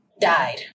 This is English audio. died